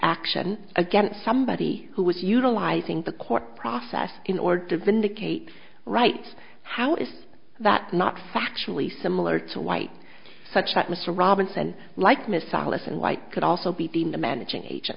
action against somebody who was utilizing the court process in order to vindicate rights how is that not factually similar to light such that mr robinson like miss allison light could also be being the managing age